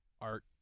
art